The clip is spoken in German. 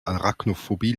arachnophobie